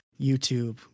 YouTube